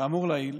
כאמור לעיל,